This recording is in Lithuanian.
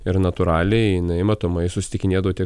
ir natūraliai jinai matomai susitikinėdavo tiek